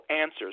answers